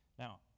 Now